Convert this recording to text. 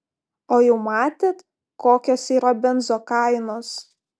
o jau matėt kokios yra benzo kainos